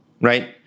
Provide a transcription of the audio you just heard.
right